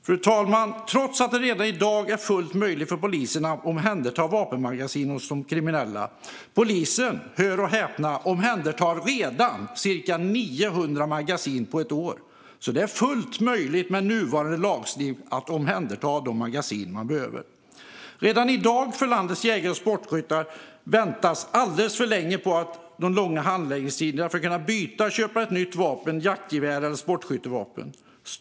Detta gör man trots att det redan i dag är fullt möjligt för polisen att omhänderta vapenmagasin hos de kriminella. Polisen omhändertar, hör och häpna, redan ca 900 magasin per år. Det är alltså fullt möjligt med nuvarande lagstiftning att omhänderta magasin när det behövs. Redan i dag får landets jägare och sportskyttar vänta alldeles för länge på grund av långa handläggningstider för att kunna byta eller köpa ett nytt vapen, jaktgevär eller sportskyttevapen.